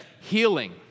Healing